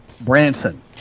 Branson